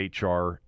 HR